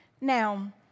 Now